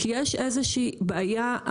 כי יש איזו שהיא בעיה,